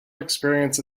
experience